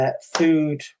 food